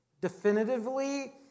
definitively